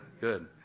Good